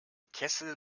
kessel